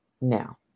Now